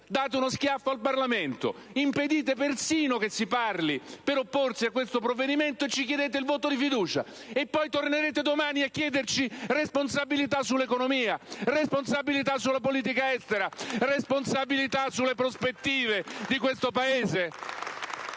date uno schiaffo al Parlamento, impedite persino che si parli per opporsi a questo provvedimento e ci chiedete il voto di fiducia? E poi tornerete domani a chiederci responsabilità sull'economia? Responsabilità sulla politica estera? Responsabilità sulle prospettive di questo Paese?